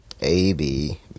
AB